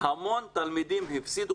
המון תלמידים הפסידו.